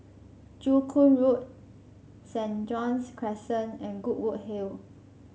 Joo Koon Road Saint John's Crescent and Goodwood Hill